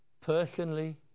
personally